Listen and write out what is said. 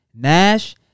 Nash